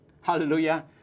Hallelujah